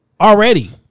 already